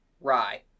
rye